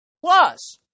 Plus